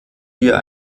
wir